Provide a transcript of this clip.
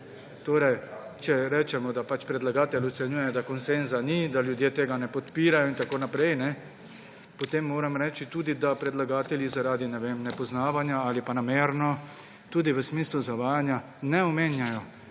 okvire. Če rečemo, da pač predlagatelj ocenjuje, da konsenza ni, da ljudje tega ne podpirajo in tako naprej, potem moram reči tudi, da predlagatelji zaradi, ne vem, nepoznavanja ali pa namerno, tudi v smislu zavajanja, ne omenjajo,